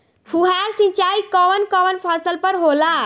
फुहार सिंचाई कवन कवन फ़सल पर होला?